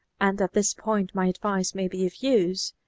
and at this point my advicce may be of use.